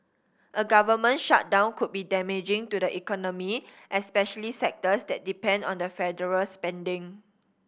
a government shutdown could be damaging to the economy especially sectors that depend on the federal spending